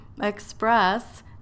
express